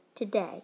Today